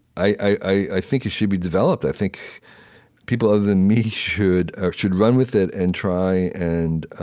i think it should be developed. i think people other than me should should run with it and try and ah